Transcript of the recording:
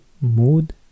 Mood